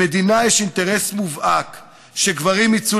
למדינה יש אינטרס מובהק שגברים יצאו